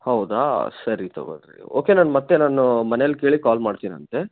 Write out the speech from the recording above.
ಹೌದಾ ಸರಿ ತೊಗೊಳರಿ ಓಕೆ ನಾನು ಮತ್ತೆ ನಾನು ಮನೇಲಿ ಕೇಳಿ ಕಾಲ್ ಮಾಡ್ತೀನಂತೆ